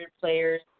players